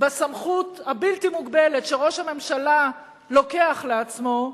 בסמכות הבלתי-מוגבלת שראש הממשלה לוקח לעצמו,